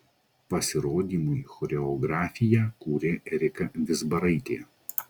pasirodymui choreografiją kūrė erika vizbaraitė